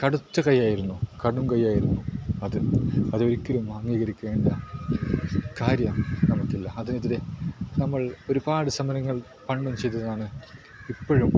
കടുത്ത കയ്യായിരുന്നു കടും കയ്യായിരുന്നു അത് അതൊരിക്കലും അംഗീകരിക്കേണ്ട കാര്യം നമുക്കില്ല അതിനെതിരെ നമ്മൾ ഒരുപാട് സമരങ്ങൾ അന്നും ചെയ്തതതാണ് ഇപ്പോഴും